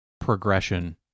progression